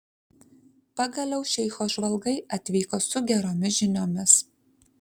pagaliau šeicho žvalgai atvyko su geromis žiniomis